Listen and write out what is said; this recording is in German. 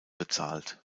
bezahlt